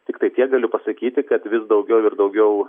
tiktai tiek galiu pasakyti kad vis daugiau ir daugiau